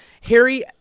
Harry